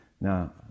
Now